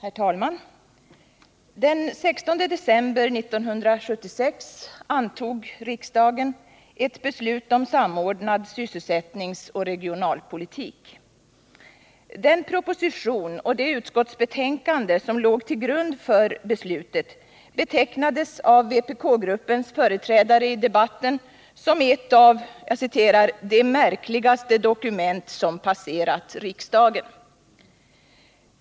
Herr talman! Den 16 december 1976 fattade riksdagen ett beslut om samordnad sysselsättningsoch regionalpolitik. Den proposition och det utskottsbetänkande som låg till grund för beslutet betecknades av vpkgruppens företrädare i debatten som ”bland de märkligaste dokument som passerat riksdagen”.